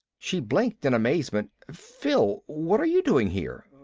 she blinked in amazement. phil! what are you doing here?